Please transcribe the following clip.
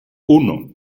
uno